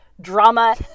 drama